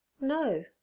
No